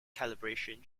calibration